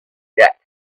jack